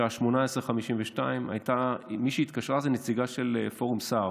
בשעה 18:52 מי שהתקשרה היא נציגה של פורום סה"ר,